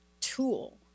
tool